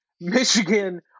Michigan